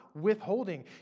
withholding